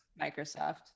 Microsoft